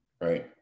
right